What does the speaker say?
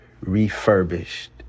refurbished